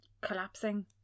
collapsing